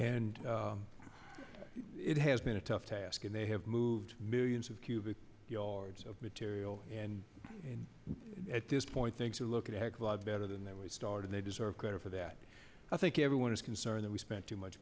and it has been a tough task and they have moved millions of cubic yards of material and at this point things to look at a heck of a lot better than they were started they deserve credit for that i think everyone is concerned that we spent too much